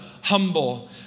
humble